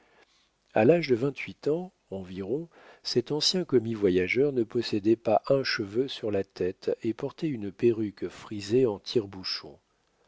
a l'âge de vingt-huit ans environ cet ancien commis-voyageur ne possédait pas un cheveu sur la tête et portait une perruque frisée en tire-bouchons